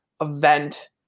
event